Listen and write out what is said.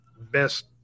best